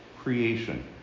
creation